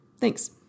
Thanks